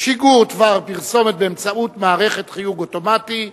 שיגור דבר פרסומת באמצעות מערכת חיוג אוטומטי).